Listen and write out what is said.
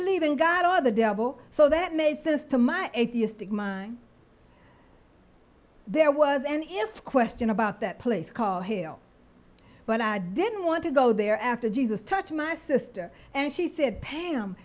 believe in god or the devil so that made sense to my atheistic mind there was any is question about that place called hell but i didn't want to go there after jesus touch my sister and she said pa